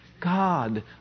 God